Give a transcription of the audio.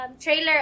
trailer